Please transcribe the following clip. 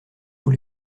tous